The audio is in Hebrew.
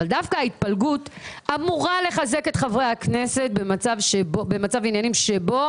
אבל דווקא ההתפלגות אמורה לחזק את חברי הכנסת במצב עניינים שבו